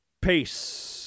Peace